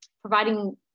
providing